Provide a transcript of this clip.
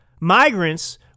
migrants